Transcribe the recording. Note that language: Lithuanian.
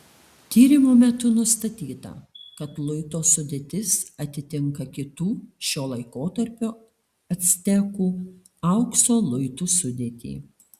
tyrimo metu nustatyta kad luito sudėtis atitinka kitų šio laikotarpio actekų aukso luitų sudėtį